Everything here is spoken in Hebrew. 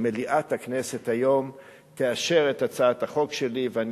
שמליאת הכנסת תאשר היום את הצעת החוק שלי ואני